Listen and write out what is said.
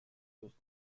use